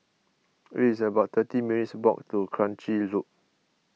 it's about thirty minutes' walk to Kranji Loop